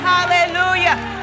Hallelujah